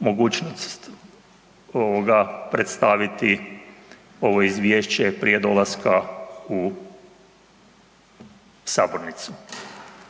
mogućnost, ovoga, predstaviti ovo Izvješće prije dolaska u Sabornicu.